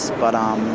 but um